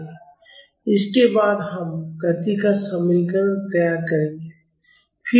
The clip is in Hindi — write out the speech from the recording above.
इसके बाद हम गति का समीकरण तैयार करेंगे